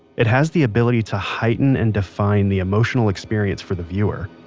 it has the ability to heighten and define the emotional experience for the viewer.